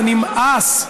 זה נמאס.